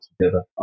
together